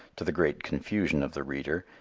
to the great confusion of the reader,